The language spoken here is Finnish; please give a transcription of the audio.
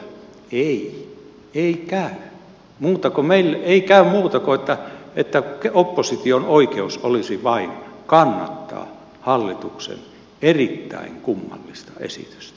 ei ei käy meille ei käy muuta kuin se että opposition oikeus olisi vain kannattaa hallituksen erittäin kummallista esitystä